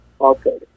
Okay